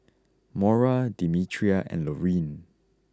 Maura Demetria and Lauryn